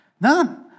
None